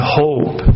hope